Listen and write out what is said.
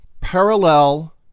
parallel